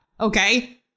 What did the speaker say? okay